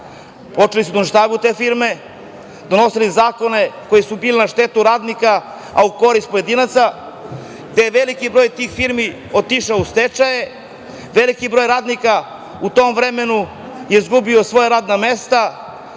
počeli su da uništavaju te firme, donosili zakone koji su bili na štetu radnika a u korist pojedinaca, gde je veliki broj tih firmi otišao u stečaj, veliki broj radnika izgubio svoja radna mesta